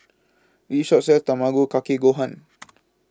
This Shop sells Tamago Kake Gohan